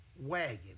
wagon